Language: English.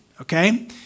okay